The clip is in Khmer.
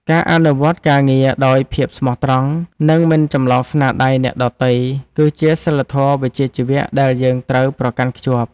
ការអនុវត្តការងារដោយភាពស្មោះត្រង់និងមិនចម្លងស្នាដៃអ្នកដទៃគឺជាសីលធម៌វិជ្ជាជីវៈដែលយើងត្រូវប្រកាន់ខ្ជាប់។